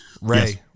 Ray